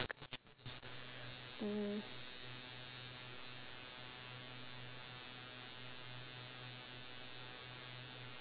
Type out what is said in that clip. mm